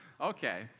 Okay